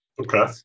Okay